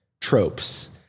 tropes